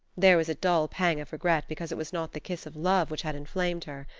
there was a dull pang of regret because it was not the kiss of love which had inflamed her,